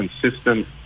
consistent